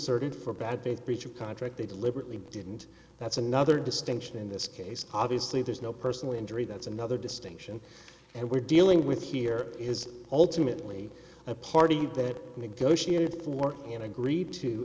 asserted for bad faith breach of contract they deliberately didn't that's another distinction in this case obviously there's no personal injury that's another distinction and we're dealing with here is ultimately a party that negotiated for and agreed to